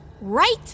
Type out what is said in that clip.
right